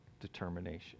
determination